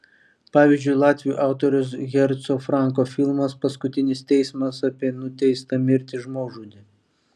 pavyzdžiui latvių autoriaus herco franko filmas paskutinis teismas apie nuteistą mirti žmogžudį